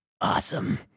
awesome